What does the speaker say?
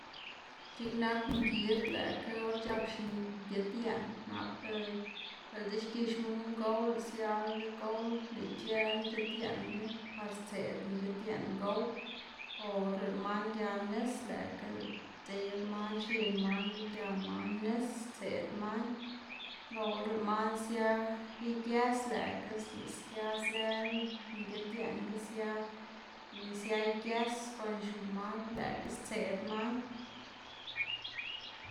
c̲h̲iꞌk nak ngid lëꞌkga or c̲h̲ap xingid yeꞌn nap diꞌltsa xgixma guꞌn gow lëꞌ sialaga gow, lëꞌ ic̲h̲ëla ngid yeꞌnga, par stseꞌd ngid yeꞌn gow o or lëꞌ man gia nis lëꞌkga lëꞌ c̲h̲eyla man x̱in manga c̲h̲a man nis stseꞌd man o or lëꞌ man sia iges lëꞌkga lëꞌ siazëla ngid yeꞌnga sia iges kon xuma lëꞌkga stseꞌd man.